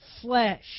flesh